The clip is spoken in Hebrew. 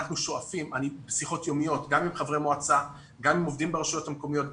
אני בשיחות יומיות גם עם חברי מועצה וגם עם עובדים ברשויות המקומיות,